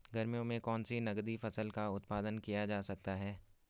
गर्मियों में कौन सी नगदी फसल का उत्पादन किया जा सकता है?